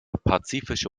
pazifische